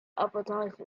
advertise